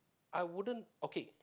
I wouldn't okay